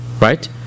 Right